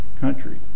country